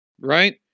Right